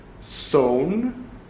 Sewn